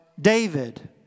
David